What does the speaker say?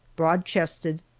broad-chested,